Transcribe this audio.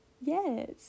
Yes